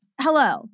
Hello